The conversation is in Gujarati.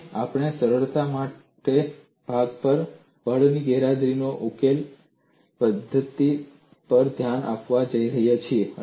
અને આપણે સરળતા માટે ભાગ પર બળની ગેરહાજરીમાં ઉકેલ પદ્ધતિ પર ધ્યાન આપવા જઈ રહ્યા છીએ